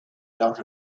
lot